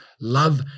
love